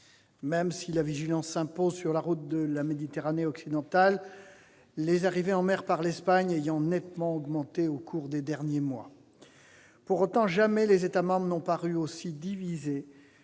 même si la vigilance s'impose sur la route de la Méditerranée occidentale, les arrivées en mer par l'Espagne ayant nettement augmenté au cours des derniers mois. Pour autant, jamais les États membres n'ont paru aussi divisés